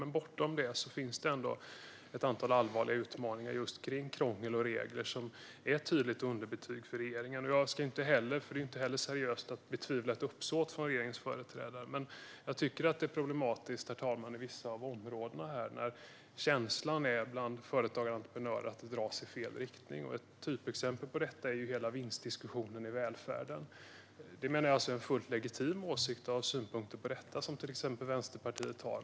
Men bortom det finns det ett antal allvarliga utmaningar, just när det gäller krångel och regler. Det är ett tydligt underbetyg för regeringen. Det är inte heller seriöst att betvivla uppsåtet från regeringens företrädare. Men det är problematiskt på vissa områden att känslan bland företagare och entreprenörer är att det drar åt fel riktning. Ett typexempel är diskussionen om vinster i välfärden. Det är fullt legitimt att ha synpunkter på det, vilket till exempel Vänsterpartiet har.